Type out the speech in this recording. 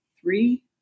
three